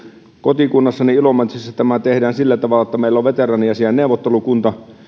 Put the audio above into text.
kotikunnassani ilomantsissa tämä tehdään sillä tavalla että meillä on veteraaniasiain neuvottelukunta